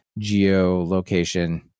geolocation